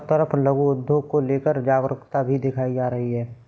सब तरफ लघु उद्योग को लेकर जागरूकता भी दिखाई जा रही है